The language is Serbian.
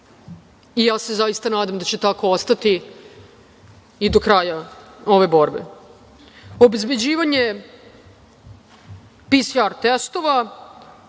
Ja se zaista nadam da će tako ostati i do kraja ove borbe. Obezbeđivanje PCR testova,